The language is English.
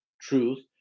truth